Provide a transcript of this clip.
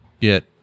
get